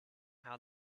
how